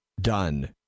done